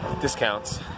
discounts